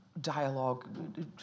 dialogue